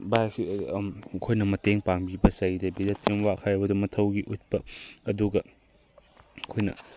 ꯚꯥꯏ ꯑꯩꯈꯣꯏꯅ ꯃꯇꯦꯡ ꯄꯥꯡꯕꯤꯕ ꯆꯩꯗꯕꯤꯗ ꯇꯤꯝꯋꯥꯔꯛ ꯍꯥꯏꯕꯗꯣ ꯃꯊꯧ ꯎꯠꯄ ꯑꯗꯨꯒ ꯑꯩꯈꯣꯏꯅ